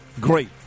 Great